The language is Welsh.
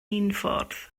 unffordd